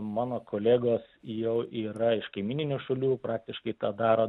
mano kolegos jau yra iš kaimyninių šalių praktiškai tą daro